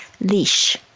leash